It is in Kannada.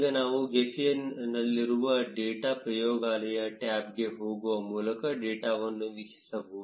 ಈಗ ನಾವು ಗೆಫಿನಲ್ಲಿರುವ ಡೇಟಾ ಪ್ರಯೋಗಾಲಯ ಟ್ಯಾಬ್ಗೆ ಹೋಗುವ ಮೂಲಕ ಡೇಟಾವನ್ನು ವೀಕ್ಷಿಸಬಹುದು